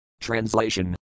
Translation